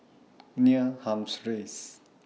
Neil Humphreys